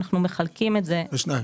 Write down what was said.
אנחנו מחלקים את זה בשניים.